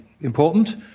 important